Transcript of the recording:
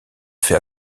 fait